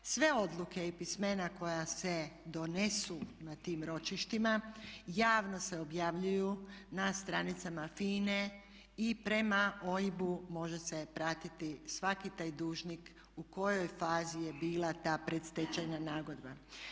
Sve odluke i pismena koja se donesu na tim ročištima javno se objavljuju na stranicama FINA-e i prema OIB-u može se pratiti svaki taj dužnik u kojoj fazi je bila ta predstečajna nagodba.